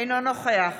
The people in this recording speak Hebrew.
אינו נוכח